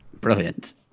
Brilliant